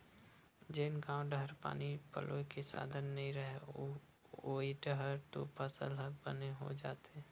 जेन गाँव डाहर पानी पलोए के साधन नइय रहय ओऊ डाहर तो फसल ह बने हो जाथे